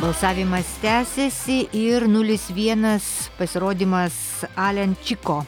balsavimas tęsiasi ir nulis vienas pasirodymas alenčiko